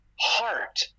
heart